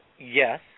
yes